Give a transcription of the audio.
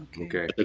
Okay